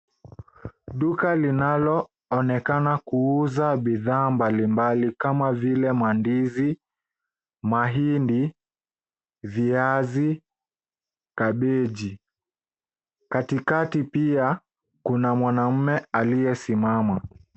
Duka linaloonekana kuuza bidhaa mblimbali kama vile mandizi, mahindi, viazi, kabeji. Katikati pia kuna mwanaume aliyesimama.